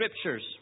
Scriptures